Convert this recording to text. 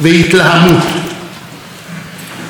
במקום חלונות לעולמות חדשים,